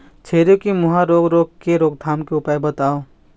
छेरी के मुहा रोग रोग के रोकथाम के उपाय बताव?